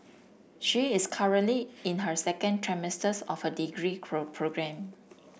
she is currently in her second of degree program